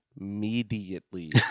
immediately